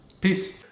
Peace